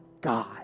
God